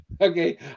okay